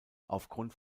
aufgrund